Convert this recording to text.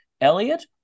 elliot